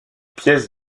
pièces